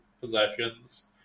possessions